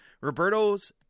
Roberto's